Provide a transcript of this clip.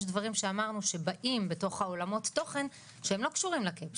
יש דברים שאמרנו שבאים בתוך עולמות התוכן שהם לא קשורים לקאפ,